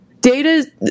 Data